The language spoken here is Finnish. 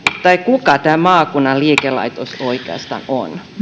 tai kuka tämä maakunnan liikelaitos oikeastaan on